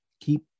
keep